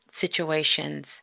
situations